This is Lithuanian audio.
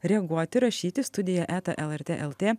reaguoti rašyti studija eta lrt lt